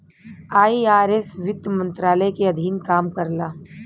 IRS वित्त मंत्रालय के अधीन काम करला